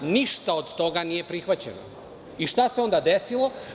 Ništa od toga nije prihvaćeno i šta se onda desilo?